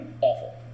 Awful